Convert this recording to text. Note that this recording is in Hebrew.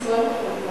20% בערך.